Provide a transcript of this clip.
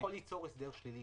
זה יכול ליצור הסדר שלילי.